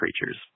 creatures